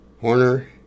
Horner